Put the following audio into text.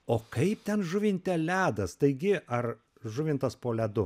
o kaip ten žuvinte ledas taigi ar žuvintas po ledu